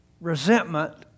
resentment